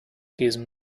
diesen